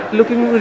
Looking